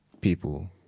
people